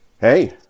hey